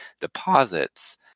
deposits